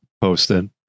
posted